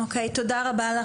תודה רבה.